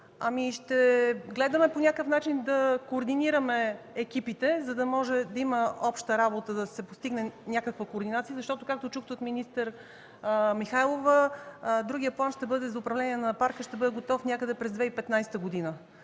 Ще гледаме по някакъв начин да координираме екипите, за да може да има обща работа, да се постигне някаква координация, защото, както чухте от министър Михайлова, другият план ще бъде за управление на парка и ще бъде готов някъде през 2015 г.